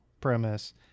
premise